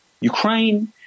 Ukraine